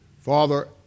Father